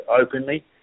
openly